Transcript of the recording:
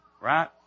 Right